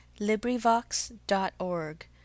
LibriVox.org